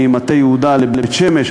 ממטה יהודה לבית-שמש.